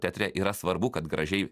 teatre yra svarbu kad gražiai